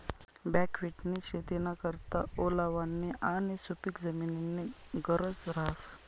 बकव्हिटनी शेतीना करता ओलावानी आणि सुपिक जमीननी गरज रहास